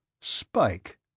Spike